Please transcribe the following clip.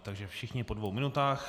Takže všichni po dvou minutách.